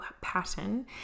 pattern